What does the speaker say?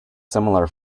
similar